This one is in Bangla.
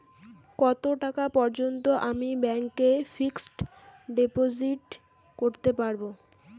কত টাকা পর্যন্ত আমি ব্যাংক এ ফিক্সড ডিপোজিট করতে পারবো?